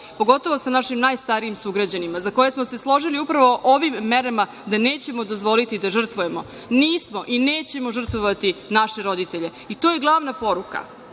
pogotovo sa našim najstarijim sugrađanima za koje smo se složili upravo ovim merama da nećemo dozvoliti da žrtvujemo. Nismo i nećemo žrtvovati naše roditelje i to je glavna poruka.